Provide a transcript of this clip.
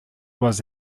was